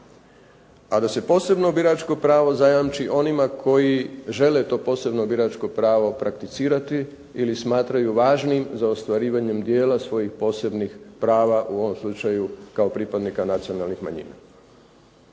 a da se posebno biračko pravo zajamči onima koji žele to posebno biračko pravo prakticirati ili smatraju važnim za ostvarivanjem dijela svojih posebnih prava u ovom slučaju kao pripadnika nacionalnih manjina.